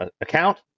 account